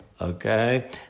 okay